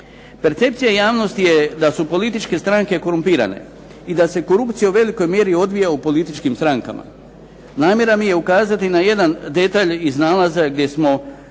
Percepcija javnosti je da su političke stranke korumpirane i da se korupcija u velikoj mjeri odvija u političkim strankama. Namjera mi je ukazati na jedan detalj iz nalaza gdje smo